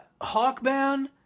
Hawkman